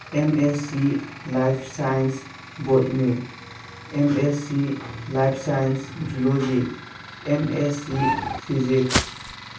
M S C life science botany M S C life science zoology M S C physics